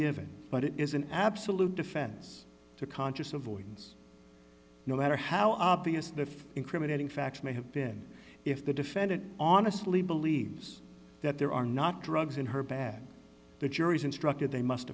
given but it is an absolute defense to conscious avoidance no matter how obvious the incriminating facts may have been if the defendant honestly believes that there are not drugs in her bag the jury is instructed they must